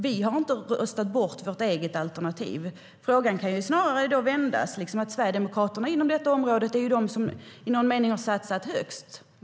Vi har inte röstat bort vårt eget alternativ. Låt mig vända på frågan. Sverigedemokraterna är i någon mening de som har satsat högst inom detta område.